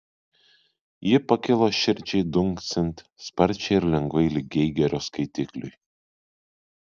ji pakilo širdžiai dunksint sparčiai ir lengvai lyg geigerio skaitikliui